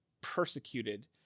persecuted